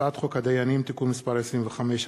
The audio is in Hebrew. הצעת חוק הדיינים (תיקון מס' 25),